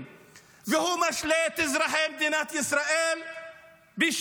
והוא משלה את אזרחי מדינת ישראל בשלום,